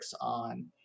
on